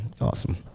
Awesome